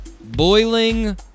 Boiling